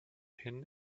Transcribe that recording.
hin